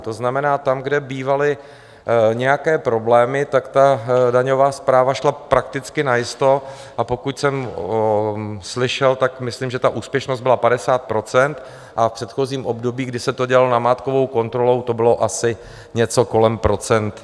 To znamená tam, kde bývaly nějaké problémy, tak ta daňová správa šla prakticky najisto, a pokud jsem slyšel, tak myslím, že ta úspěšnost byla 50 %, a v předchozím období, kdy se to dělalo namátkovou kontrolou, to bylo asi něco kolem 10 %.